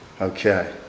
Okay